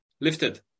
lifted